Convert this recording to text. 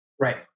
Right